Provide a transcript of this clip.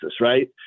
right